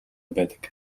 байдаг